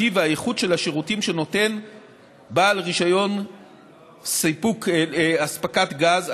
הטיב והאיכות של השירותים שנותן בעל רישיון אספקת גז,